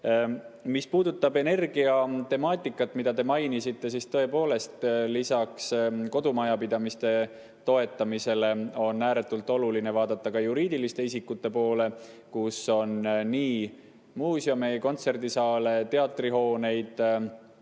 Mis puudutab energiatemaatikat, mida te mainisite, siis tõepoolest, lisaks kodumajapidamiste toetamisele on ääretult oluline vaadata ka juriidiliste isikute poole, mille hulgas on muuseume, kontserdisaale, teatrihooneid,